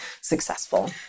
successful